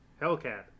Hellcat